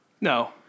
No